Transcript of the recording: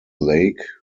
lake